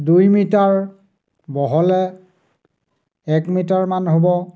দুই মিটাৰ বহলে এক মিটাৰমান হ'ব